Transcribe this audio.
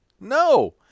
No